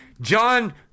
John